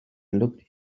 looked